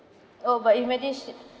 oh but imagine shi~